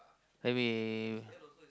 I mean